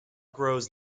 grows